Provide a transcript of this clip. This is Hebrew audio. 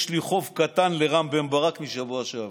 יש לי חוב קטן לרם בן ברק מהשבוע שעבר.